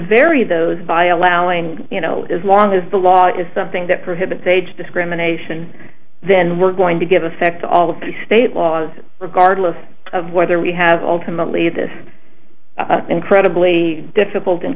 very those by allowing you know as long as the law is something that prohibits age discrimination then we're going to give effect to all of the state laws regardless of whether we have all timidly this incredibly difficult and